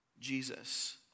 Jesus